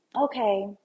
okay